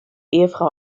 ehefrau